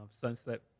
sunset